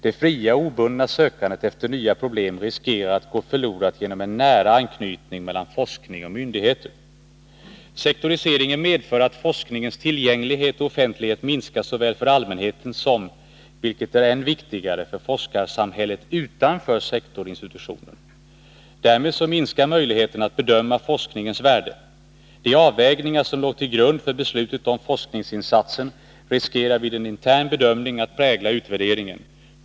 Det fria och obundna sökandet efter nya problem riskerar att gå förlorat genom en nära anknytning mellan forskning och myndigheter. Sektoriseringen medför att forskningens tillgänglighet och offentlighet minskar såväl för allmänheten som, vilket är än viktigare, för forskarsamhället utanför sektorinstitutionen. Därmed minskar möjligheten att bedöma forskningens värde. De avvägningar som låg till grund för beslutet om forskningsinsatsen riskerar vid en intern bedömning att prägla utvärderingen.